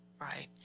right